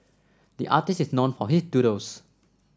the artist is known for his doodles